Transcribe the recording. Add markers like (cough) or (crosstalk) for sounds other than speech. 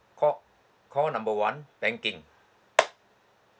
call call number one banking (noise)